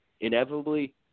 inevitably